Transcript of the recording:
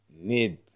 need